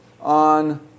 on